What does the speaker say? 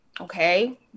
Okay